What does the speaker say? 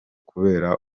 kubera